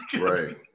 Right